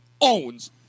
owns